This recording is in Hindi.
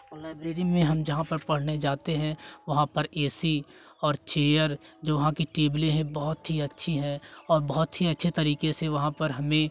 और लाइब्रेरी में हम जहाँ पर पढ़ने जाते है वहाँ पर ए सी और चेयर जो वहाँ की टेबले हैं बहुत ही अच्छी है और बहुत ही अच्छे तरीके से वहाँ पर हम भी